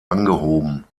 angehoben